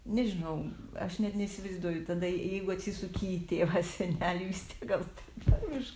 nežinau aš net neįsivaizduoju tada jei jeigu atsisuki į tėvą senelį vis tiek gal tarmiškai